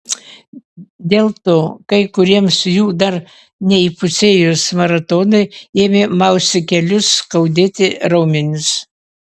dėl to kai kuriems jų dar neįpusėjus maratonui ėmė mausti kelius skaudėti raumenis